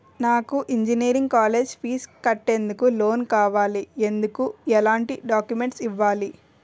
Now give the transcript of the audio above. నాకు engineering college fees కట్టేందుకు loan కావాలి, ఎందుకు ఎలాంటి డాక్యుమెంట్స్ ఇవ్వాలి?